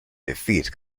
defeat